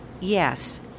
yes